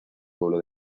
pueblo